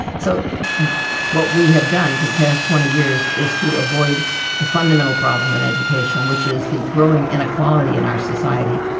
so what we have done for the past twenty years is to avoid the fundamental problem in education, which is the growing inequality in our society.